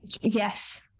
yes